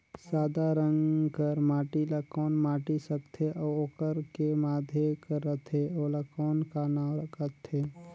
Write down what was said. सादा रंग कर माटी ला कौन माटी सकथे अउ ओकर के माधे कर रथे ओला कौन का नाव काथे?